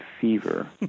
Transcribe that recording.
Fever